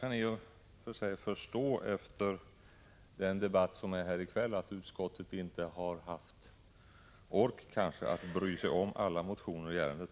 Jag förstår efter debatten här i kväll att utskottet kanske inte haft ork att bry sig om alla motioner i ärendet.